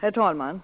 Herr talman!